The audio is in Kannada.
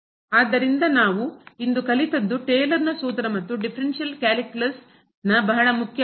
ಆದ್ದರಿಂದ ನಾವು ಇಂದು ಕಲಿತದ್ದು ಟೇಲರ್ನ ಸೂತ್ರ ಮತ್ತು ಡಿಫರೆನ್ಷಿಯಲ್ ಕ್ಯಾಲ್ಕುಲಸ್ ಭೇದಾತ್ಮಕ ಕಲನಶಾಸ್ತ್ರದಲ್ಲಿ ನ ಬಹಳ ಮುಖ್ಯವಾದ ವಿಷಯ